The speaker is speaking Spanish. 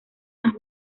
más